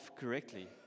correctly